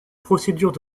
procédures